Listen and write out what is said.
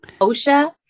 Osha